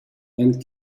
and